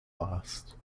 last